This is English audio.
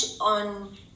on